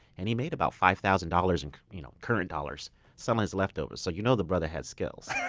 and he made about five thousand dollars in you know current dollars selling his leftovers. so you know the brother had skills, yeah